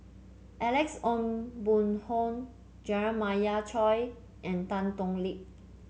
Alex Ong Boon Hau Jeremiah Choy and Tan Thoon Lip